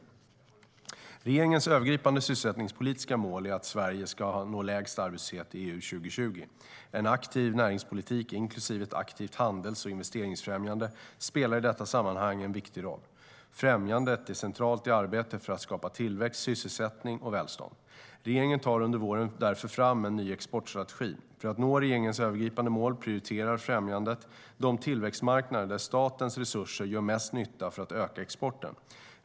Regeringens övergripande sysselsättningspolitiska mål är att Sverige ska nå lägst arbetslöshet i EU år 2020. En aktiv näringspolitik, inklusive ett aktivt handels och investeringsfrämjande, spelar i detta sammanhang en viktig roll. Främjandet är centralt i arbetet för att skapa tillväxt, sysselsättning och välstånd. Regeringen tar under våren därför fram en ny exportstrategi. För att nå regeringens övergripande mål prioriterar främjandet de tillväxtmarknader där statens resurser gör mest nytta för att öka exporten.